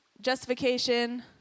justification